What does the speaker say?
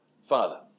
Father